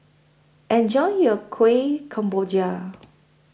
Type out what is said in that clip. Enjoy your Kuih Kemboja